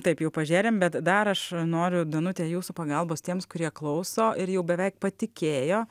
taip jau pažėrėm bet dar aš noriu danute jūsų pagalbos tiems kurie klauso ir jau beveik patikėjo